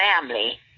family